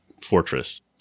fortress